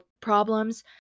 problems